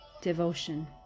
Devotion